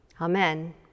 Amen